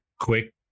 quick